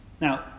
Now